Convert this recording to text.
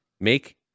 make